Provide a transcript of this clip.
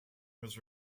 was